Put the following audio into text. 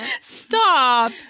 Stop